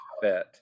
fit